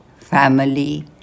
family